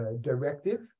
directive